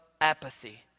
apathy